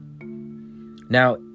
Now